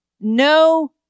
No